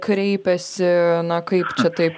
kreipiasi na kaip čia taip